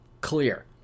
clear